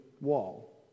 wall